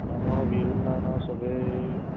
মানুহৰ বিহু দিনাখন আৰু সবেই